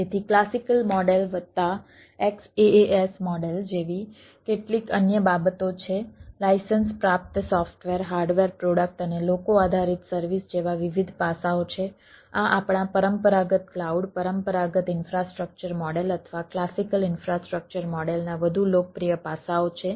તેથી classical model વત્તા XaaS model જેવી કેટલીક અન્ય બાબતો છે લાયસન્સ અને લોકો આધારિત સર્વિસ જેવા વિવિધ પાસાઓ છે આ આપણા પરંપરાગત ક્લાઉડ પરંપરાગત ઈન્ફ્રાસ્ટ્રક્ચર મોડેલ અથવા ક્લાસિકલ ઈન્ફ્રાસ્ટ્રક્ચર મોડેલના વધુ લોકપ્રિય પાસાઓ છે